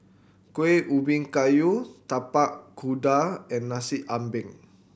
Kueh Ubi Kayu Tapak Kuda and Nasi Ambeng